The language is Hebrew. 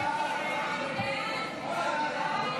סעיף